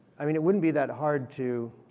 i mean it wouldn't be that hard to